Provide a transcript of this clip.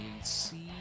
AC